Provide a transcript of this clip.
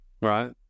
Right